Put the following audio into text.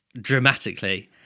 dramatically